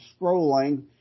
scrolling